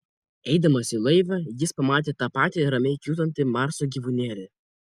eidamas į laivą jis pamatė tą patį ramiai kiūtantį marso gyvūnėlį